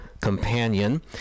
companion